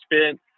spent